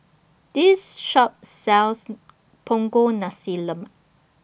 This Shop sells Punggol Nasi Lemak